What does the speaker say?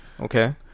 Okay